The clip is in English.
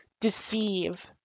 deceive